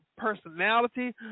personality